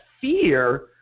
fear